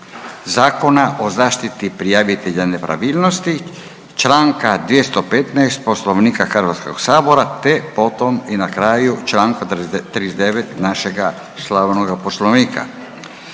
Zakona o zaštiti prijavitelja nepravilnosti, čl. 215. Poslovnika HS, te potom i na kraju čl. 39. našega slavnoga poslovnika.